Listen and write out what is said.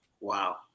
Wow